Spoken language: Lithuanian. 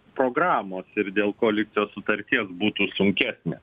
programos ir dėl koalicijos sutarties būtų sunkesnė